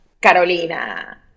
carolina